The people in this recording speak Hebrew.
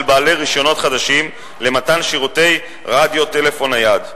בעלי רשיונות חדשים למתן שירותי רדיו טלפון נייד,